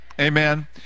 amen